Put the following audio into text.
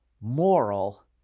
moral